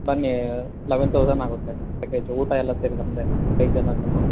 ಬನ್ನಿ eleven thousand ಆಗುತ್ತೆ package ಊಟ ಎಲ್ಲ ಸೇರಿ ನಮ್ಮದೇ ಐದು ಜನಕ್ಕೂನು